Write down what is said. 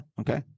okay